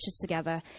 together